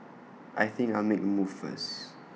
I think I'll make A move first